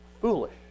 Foolish